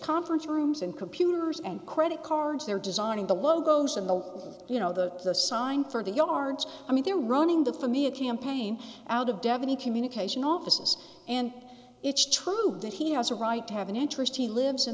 conference rooms and computers and credit cards they're designing the logos and the you know the sign for the yards i mean they're running the for media campaign out of devaney communication offices and it's true that he has a right to have an interest he lives in